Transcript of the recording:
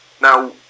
Now